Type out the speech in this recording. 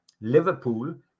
Liverpool